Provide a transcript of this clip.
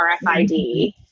RFID